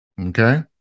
Okay